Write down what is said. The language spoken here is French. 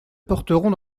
porteront